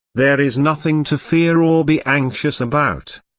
there is nothing to fear or be anxious about.